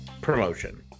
promotion